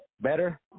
Better